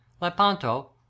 Lepanto